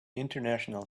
international